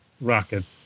Rockets